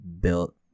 built